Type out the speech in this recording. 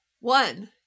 One